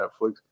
Netflix